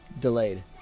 delayed